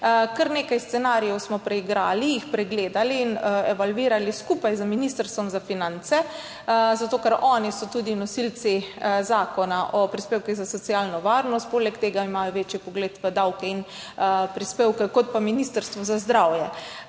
Kar nekaj scenarijev smo preigrali, jih pregledali in evalvirali skupaj z Ministrstvom za finance, zato ker so oni tudi nosilci Zakona o prispevkih za socialno varnost, poleg tega imajo večji vpogled v davke in prispevke kot pa Ministrstvo za zdravje.